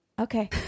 Okay